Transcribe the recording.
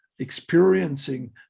experiencing